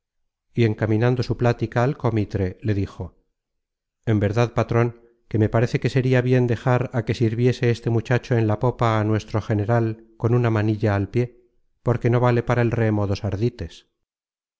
y encaminando su plática al cómitre le dijo en verdad patron que me parece que sería bien dejar á que sirviese este muchacho en la popa á nuestro general con una manilla al pié porque no vale para el remo dos ardites